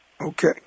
Okay